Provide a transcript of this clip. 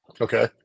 Okay